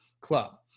club